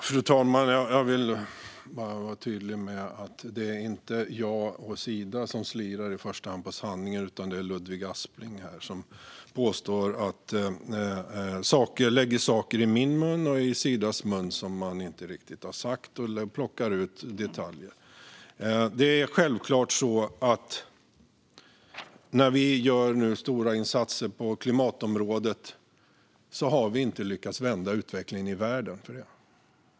Fru talman! Jag vill bara vara tydlig med att det inte i första hand är jag och Sida som slirar på sanningen, utan det är Ludvig Aspling som plockar ut detaljer och lägger saker i min mun och i Sidas mun som vi inte riktigt har sagt. Trots de stora insatser vi nu gör på klimatområdet har vi inte lyckats vända utvecklingen i världen.